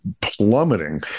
plummeting